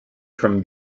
from